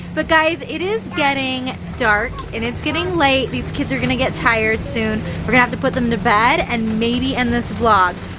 but guys, it is getting dark and it's getting late. these kids are gonna get tired soon. we're gonna have to put them to bed and maybe end this vlog.